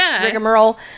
rigmarole